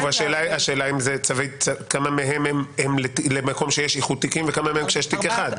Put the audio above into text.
השאלה כמה מהם הם למקום שיש איחוד לתיקים וכמה מהם כשיש תיק אחד.